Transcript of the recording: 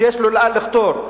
שיש לו לאן לחתור.